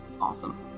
awesome